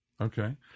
Okay